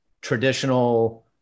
traditional